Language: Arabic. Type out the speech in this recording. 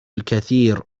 الكثير